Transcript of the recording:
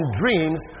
dreams